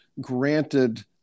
granted